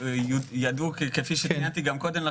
וכפי שציינתי קודם,